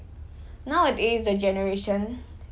nowadays the generation